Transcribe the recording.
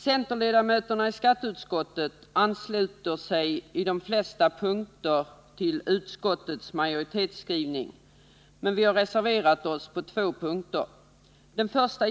Centerledamöterna i skatteutskottet ansluter sig på de flesta punkter till utskottets majoritetsskrivning, men vi har reserverat oss på två punkter.